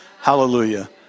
Hallelujah